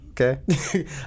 Okay